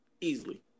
easily